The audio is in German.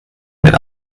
mit